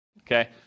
okay